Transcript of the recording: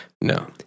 No